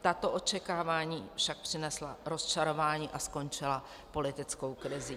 Tato očekávání však přinesla rozčarování a skončila politickou krizí.